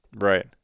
Right